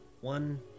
one